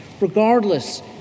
Regardless